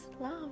love